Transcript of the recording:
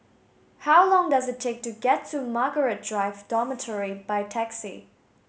how long does it take to get to Margaret Drive Dormitory by taxi